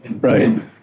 Right